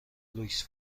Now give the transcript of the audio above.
لوکس